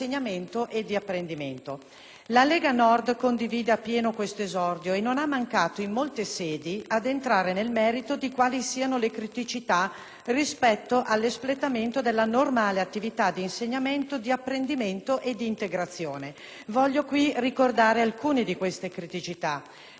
La Lega Nord condivide appieno questo esordio e non ha mancato in molte sedi di entrare nel merito di quali siano le criticità rispetto all'espletamento della normale attività di insegnamento, apprendimento ed integrazione. Voglio qui ricordare alcune di tali criticità: difficoltà di apprendimento e, conseguentemente,